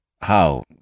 How